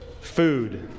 food